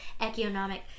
economic